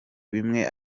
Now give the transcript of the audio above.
bimwe